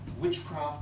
witchcraft